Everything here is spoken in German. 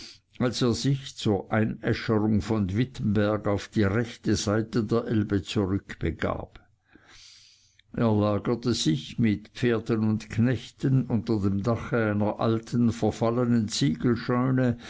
als er sich zur einäscherung von wittenberg auf die rechte seite der elbe zurückbegab er lagerte sich mit pferden und knechten unter dem dache einer alten verfallenen